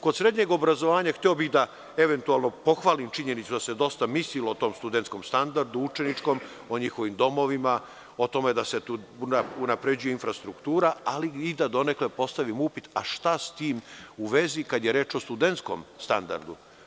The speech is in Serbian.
Kod srednjeg obrazovanja, hteo bih da eventualno pohvalim činjenicu da se dosta mislilo o tom studentskom standardu, učeničkom, o njihovim domovima, o tome da se unapređuje infrastruktura, ali i da donekle postavim upit – a, šta s tim u vezi kada je reč o studentskom standardu?